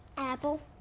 apple.